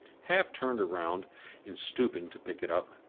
half turned round in stooping to pick it up,